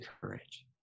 courage